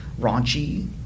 raunchy